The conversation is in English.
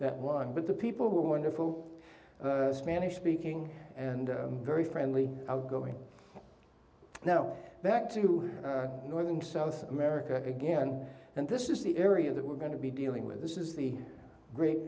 that one but the people who are wonderful spanish speaking and very friendly outgoing now back to northern south america again and this is the area that we're going to be dealing with this is the great